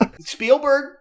Spielberg